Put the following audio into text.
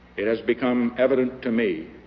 it has become evident to me